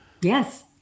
Yes